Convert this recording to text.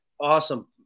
awesome